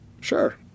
Sure